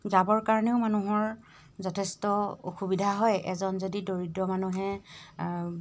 যাবৰ কাৰণেও মানুহৰ যথেষ্ট অসুবিধা হয় এজন যদি দৰিদ্ৰ মানুহে